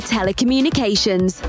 Telecommunications